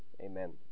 amen